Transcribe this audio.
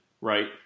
right